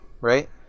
right